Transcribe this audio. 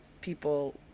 people